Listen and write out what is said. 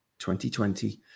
2020